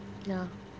ya